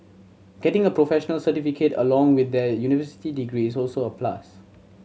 getting a professional certificate along with their university degree is also a plus